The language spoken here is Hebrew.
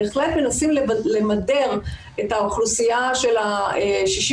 בהחלט מנסים למדר את האוכלוסייה של ה-60